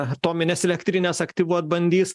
atomines elektrines aktyvuot bandys